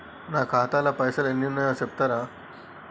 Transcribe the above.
నా ఖాతా లా పైసల్ ఎన్ని ఉన్నాయో చెప్తరా?